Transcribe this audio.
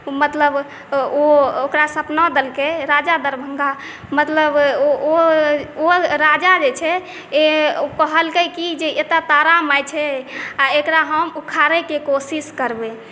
मतलब ओकरा सपना देलकै राजा दरभङ्गा मतलब ओ राजा जे छै कहलकै कि जे एतय तारा माय छै आ एकरा हम उखारयके कोशिश करबै